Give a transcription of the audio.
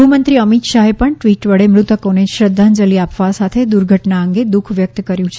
ગૃહમંત્રી અમિત શાહે પણ ટ્વીટ વડે મૃતકોને શ્રધ્ધાજંલિ આપવા સાથે દુર્ધટના અંગે દુઃખ વ્યક્ત કર્યું છે